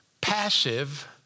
passive